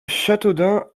châteaudun